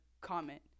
comment